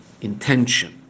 intention